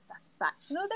satisfaction